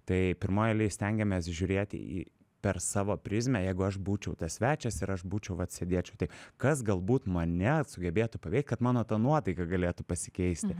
tai pirmoj eilėj stengiamės žiūrėti į per savo prizmę jeigu aš būčiau tas svečias ir aš būčiau vat sėdėčiau tai kas galbūt mane sugebėtų paveikt kad mano ta nuotaika galėtų pasikeisti